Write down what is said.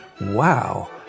Wow